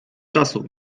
czasu